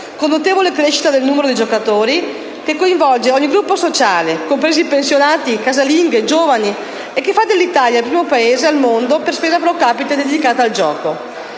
con notevole crescita del numero dei giocatori, che coinvolge ogni gruppo sociale, compresi pensionati, casalinghe, giovani, e che fa dell'Italia il primo Paese al mondo per spesa *pro capite* dedicata al gioco».